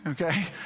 okay